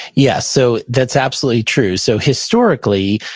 yes. so that's absolutely true. so historically,